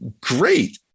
great